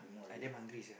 like that for peace ya